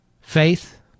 faith